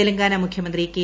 തെലങ്കാന മുഖ്യമന്ത്രി കെ